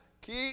Keep